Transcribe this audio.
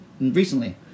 recently